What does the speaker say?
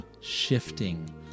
shifting